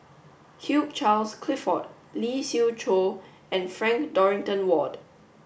Hugh Charles Clifford Lee Siew Choh and Frank Dorrington Ward